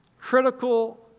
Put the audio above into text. critical